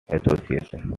association